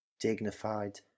dignified